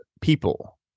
people